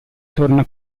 torna